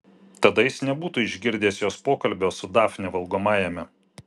tada jis nebūtų išgirdęs jos pokalbio su dafne valgomajame